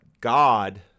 God